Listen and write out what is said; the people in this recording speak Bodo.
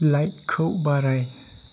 लाइटखौ बाराय